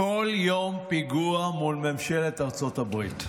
כל יום פיגוע מול ממשלת ארצות הברית,